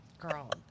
Girl